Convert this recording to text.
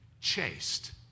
chased